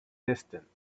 distance